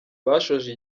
bashoje